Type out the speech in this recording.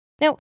Now